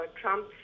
Trump